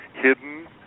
hidden